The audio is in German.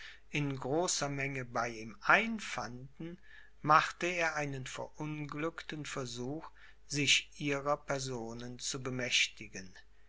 in großer menge bei ihm einfanden machte er einen verunglückten versuch sich ihrer personen zu bemächtigen